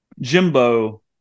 Jimbo